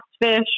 fish